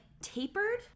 tapered